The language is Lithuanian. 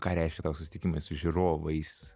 ką reiškia tau susitikimai su žiūrovais